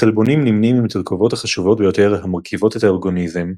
החלבונים נמנים עם התרכובות החשובות ביותר המרכיבות את האורגניזם,